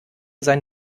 sein